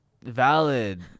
valid